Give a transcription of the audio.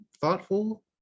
thoughtful